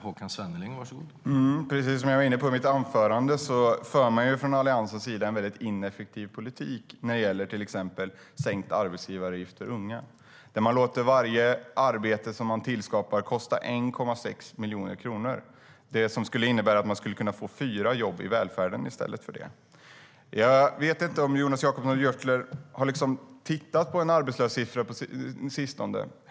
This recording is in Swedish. Herr talman! Precis som jag var inne på i mitt anförande för Alliansen en väldigt ineffektiv politik när det gäller till exempel sänkt arbetsgivaravgift för unga, där man låter varje arbete som man tillskapar kosta 1,6 miljoner kronor. Det innebär att man i stället skulle kunna få fyra jobb i välfärden. Jag vet inte om Jonas Jacobsson Gjörtler har tittat på en arbetslöshetssiffra på sistone.